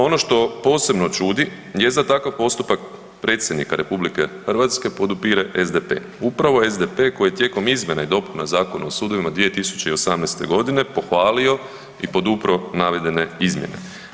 Ono što posebno čudi jest da takav postupak predsjednika RH podupire SDP, upravo SDP koji je tijekom izmjena i dopuna Zakona o sudovima 2018.g. pohvalio i podupro navedene izmjene.